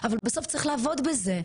אבל בסוף צריך לעבוד בזה.